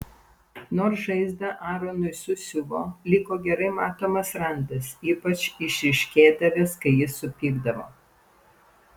nors žaizdą aronui susiuvo liko gerai matomas randas ypač išryškėdavęs kai jis supykdavo